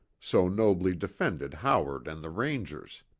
so nobly defended howard and the rangers.